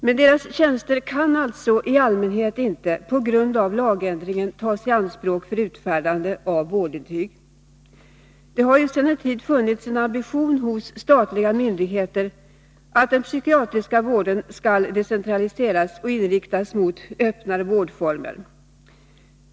Men deras tjänster kan alltså i allmänhet inte, på grund av lagändringen, tas i anspråk för utfärdande av vårdintyg. Det har sedan en tid funnits en ambition hos statliga myndigheter att den psykiatriska vården skall decentraliseras och inriktas mot öppnare vårdformer.